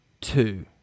two